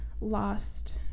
lost